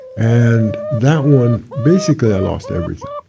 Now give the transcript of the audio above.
and that one basically, i lost everything.